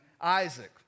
Isaac